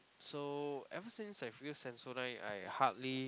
so ever since I've used Sensodyne I hardly